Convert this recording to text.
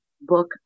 book